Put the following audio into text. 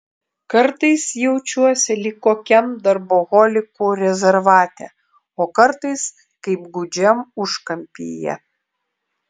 kartais jaučiuosi lyg kokiam darboholikų rezervate o kartais kaip gūdžiam užkampyje